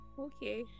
Okay